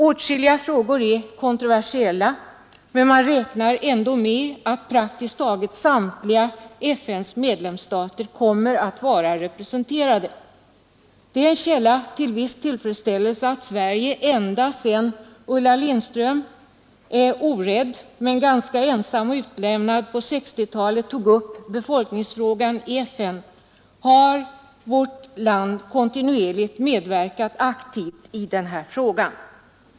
Åtskilliga frågor är kontroversiella, men man räknar ändå med att praktiskt taget samtliga FN:s medlemsstater kommer att vara representerade. Det är en källa till viss tillfredsställelse att Sverige, ända sedan Ulla Lindström — orädd men ganska ensam och utlämnad — på 1960-talet tog upp befolkningsfrågan i FN, kontinuerligt har medverkat i denna fråga.